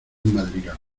madrigal